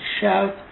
shout